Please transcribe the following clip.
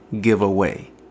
giveaway